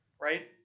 right